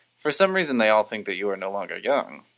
for some reason they all think that you are no longer young,